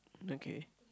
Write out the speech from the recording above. okay